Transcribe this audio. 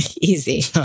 Easy